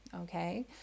Okay